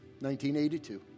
1982